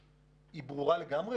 היא ברורה לגמרי,